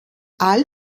all